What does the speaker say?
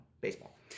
baseball